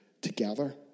together